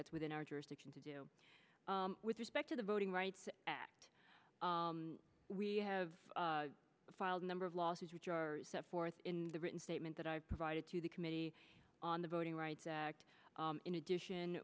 that's within our jurisdiction to do with respect to the voting rights act we have filed a number of losses which are set forth in the written statement that i provided to the committee on the voting rights act in addition